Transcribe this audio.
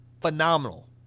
phenomenal